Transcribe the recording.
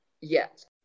Yes